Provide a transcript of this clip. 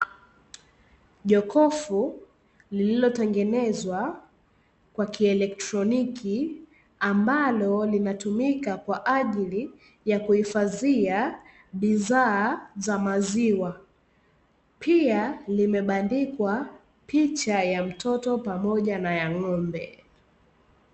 Jokofu lililotengenezwa kwa kielektroniki, ambalo linatumika kwa ajili ya kuhifadhia bidhaa za Maziwa. Pia limebandikwa picha ya mtoto pamoja na ya ng'ombe.